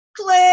click